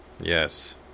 Yes